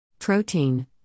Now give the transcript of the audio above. Protein